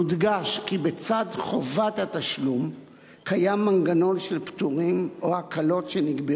יודגש כי בצד חובת התשלום קיים מנגנון של פטורים או הקלות שנקבע